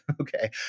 okay